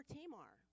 Tamar